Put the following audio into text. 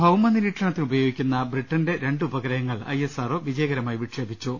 ഭൌമ നിരീക്ഷണത്തിന് ഉപയോഗിക്കുന്ന ബ്രിട്ടന്റെ രണ്ട് ഉപഗ്രഹങ്ങൾ ഐ എസ് ആർ ഒ വിജയകരമായി വിക്ഷേപിച്ചു